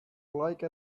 like